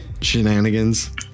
shenanigans